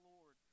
Lord